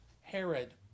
Herod